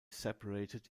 separated